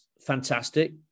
fantastic